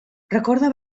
recorda